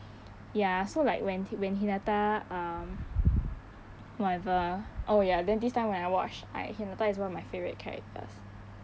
ya so like when when hinata um whatever ah oh ya then this time when I watch I hinata is one of my favourite characters